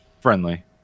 friendly